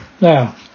now